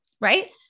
right